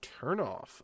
turnoff